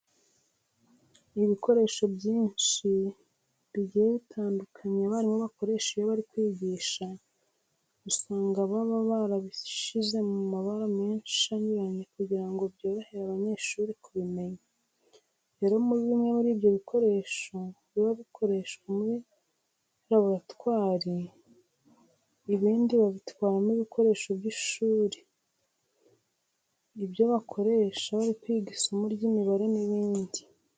Ibikoresho byinshi bigiye bitandukanye abarimu bakoresha iyo bari kwigisha usanga baba barabishyize mu mabara menshi anyuranye kugira ngo byorohere abanyeshuri kubimenya. Rero bimwe muri ibyo bikoresho biba bikoreshwa muri laboratwari, ibindi babitwaramo ibikoresho by'ishuri, ibyo bakoresha bari kwiga isomo ry'imibare n'ibindi.